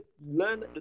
learn